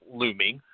looming